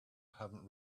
haven’t